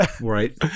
right